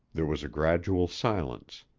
there was a gradual silence.